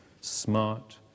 smart